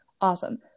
Awesome